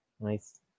Nice